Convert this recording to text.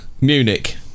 munich